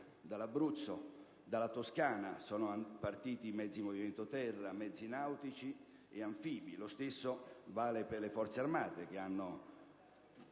dall'Abruzzo, dalla Toscana sono partiti mezzi di movimento terra, mezzi nautici e anfibi. Lo stesso vale per le Forze armate, che hanno